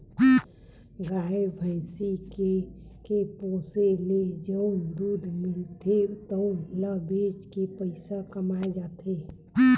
गाय, भइसी के पोसे ले जउन दूद मिलथे तउन ल बेच के पइसा कमाए जाथे